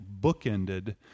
bookended